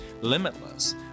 limitless